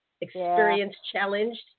experience-challenged